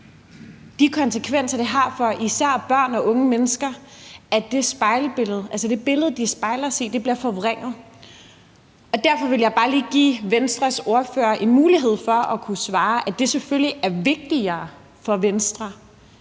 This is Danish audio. har konsekvenser for især børn og unge mennesker. Det billede, de spejler sig i, bliver forvrænget. Derfor ville jeg bare lige give Venstres ordfører en mulighed for at kunne svare, at det selvfølgelig er vigtigere for Venstre